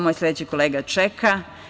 Moj sledeći kolega čeka.